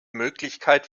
möglichkeit